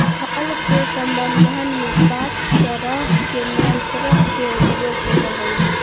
फल के संवर्धन में पाँच तरह के नियंत्रक के उपयोग होवऽ हई